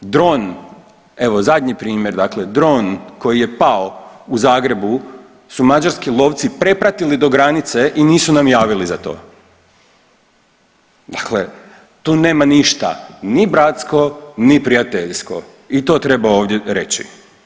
Dron, evo zadnji primjer, dakle dron koji je pao u Zagrebu su mađarski lovci prepratili do granice i nisu nam javili za to, dakle tu nema ništa ni bratsko, ni prijateljsko i to treba ovdje reći.